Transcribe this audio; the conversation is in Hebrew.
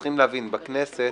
צריך להבין, בכנסת